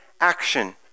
action